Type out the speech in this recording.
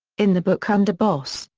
in the book underboss,